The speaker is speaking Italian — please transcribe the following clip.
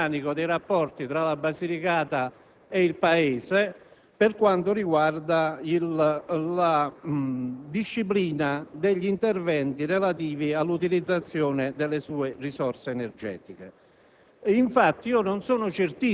di un ripensamento organico dei rapporti tra la Basilicata e il resto del Paese per quanto riguarda la disciplina degli interventi relativi all'utilizzazione delle sue risorse energetiche.